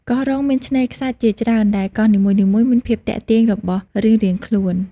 កោះរ៉ុងមានឆ្នេរខ្សាច់ជាច្រើន ដែលកោះនីមួយៗមានភាពទាក់ទាញរបស់រៀងៗខ្លួន។